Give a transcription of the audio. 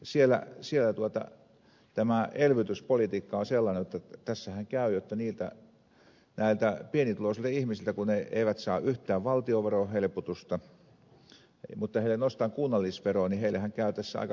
siellä tämä elvytyspolitiikka on sellainen jotta tässähän käy näille pienituloisille ihmisille kun ne eivät saa yhtään valtionveroon helpotusta mutta heille nostetaan kunnallisveroa heillehän käy tässä aika köpelösti